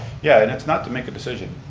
yeah and it's not to make a decision.